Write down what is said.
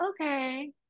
okay